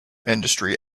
industry